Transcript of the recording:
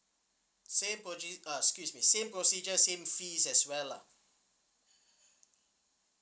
same uh excuse me same procedure same fees as well lah